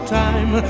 time